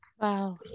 wow